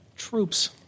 troops